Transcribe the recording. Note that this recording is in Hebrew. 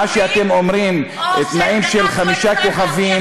מה שאתם אומרים, תנאים של חמישה כוכבים.